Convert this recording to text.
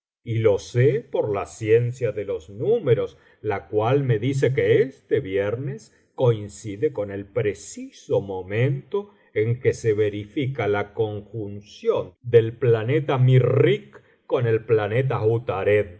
y lo sé por la ciencia de los números la cual me dice que este viernes coincide con el preciso momento en que se verifica la conjunción del planeta mirrikh con el planeta